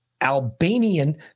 Albanian